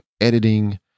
editing